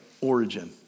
origin